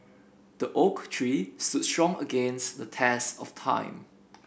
the oak tree stood strong against the test of time